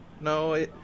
no